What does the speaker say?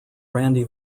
randy